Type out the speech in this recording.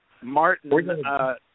Martin